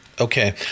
Okay